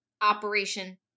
operation